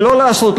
ולא לעשות,